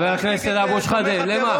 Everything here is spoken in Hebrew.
הכנסת אבו שחאדה, למה?